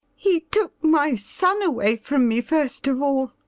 he took my son away from me first of all.